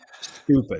stupid